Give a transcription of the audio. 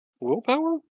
willpower